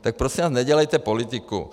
Tak prosím vás nedělejte politiku!